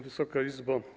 Wysoka Izbo!